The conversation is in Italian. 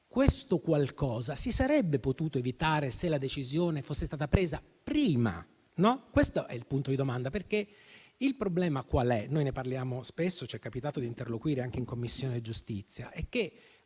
questo qualcosa si sarebbe potuto evitare se la decisione fosse stata presa prima. Questo è il punto, perché il problema - noi ne parliamo spesso e ci è capitato di interloquire anche in Commissione giustizia